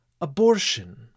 abortion